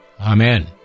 Amen